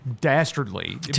Dastardly